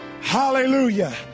Hallelujah